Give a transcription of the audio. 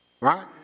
right